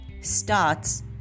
starts